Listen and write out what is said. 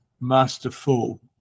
masterful